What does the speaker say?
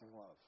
love